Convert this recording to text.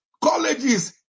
colleges